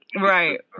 Right